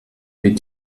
wie